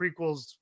prequels